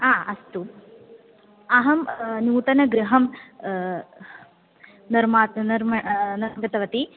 हा अस्तु अहं नूतनगृहं निर्मातुं निर्मा निर्मितवती